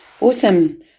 Awesome